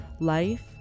life